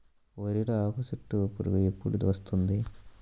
వరిలో ఆకుచుట్టు పురుగు ఎప్పుడు వస్తుంది?